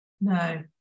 No